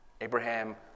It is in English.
Abraham